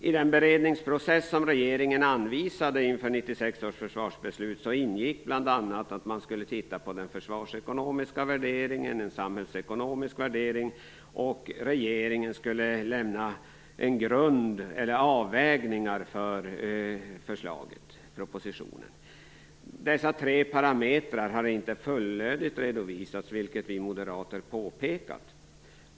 I den beredningsprocess som regeringen anvisade inför 96 års försvarsbeslut ingick bl.a. en försvarsekonomisk värdering och en samhällsekonomisk värdering. Regeringen skulle lämna sina avvägningar som grund för förslaget i propositionen. Dessa tre parametrar har inte fullödigt redovisats, vilket vi moderater påpekat.